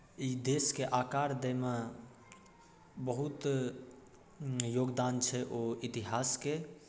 ई देशके आकार दैमे बहुत योगदान छै ओ इतिहासके